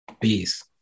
Peace